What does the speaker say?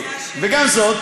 אני מציעה,